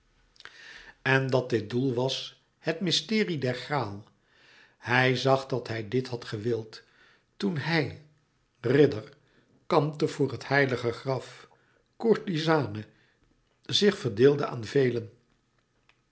en dat dit doel was het mysterie der graal hij zag dat hij dit had gewild toen hij ridder kampte voor het heilige graf courtisane zich verdeelde aan velen